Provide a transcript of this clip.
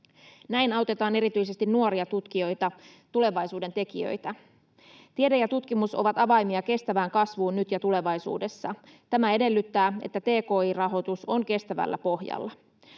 Näin autetaan erityisesti nuoria tutkijoita, tulevaisuuden tekijöitä. Tiede ja tutkimus ovat avaimia kestävään kasvuun nyt ja tulevaisuudessa. Tämä edellyttää, että tki-rahoitus on kestävällä pohjalla.